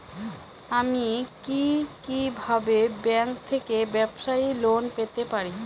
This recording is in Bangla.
আমি কি কিভাবে ব্যাংক থেকে ব্যবসায়ী লোন পেতে পারি?